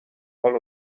حال